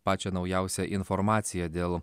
pačią naujausią informaciją dėl